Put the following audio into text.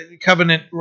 covenant